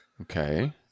Okay